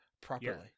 properly